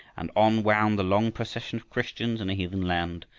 and on wound the long procession of christians in a heathen land,